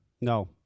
No